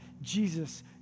Jesus